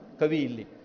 Kavili